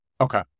okay